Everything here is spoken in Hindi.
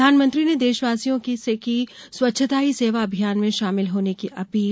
प्रधानमंत्री ने देशवासियों से की स्वच्छता ही सेवा अभियान में शामिल होने की अपील